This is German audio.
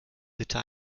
bitte